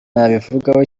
nabivugaho